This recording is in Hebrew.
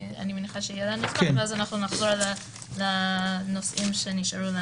- ואז נחזור לנושאים שנשארו לנו.